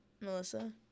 Melissa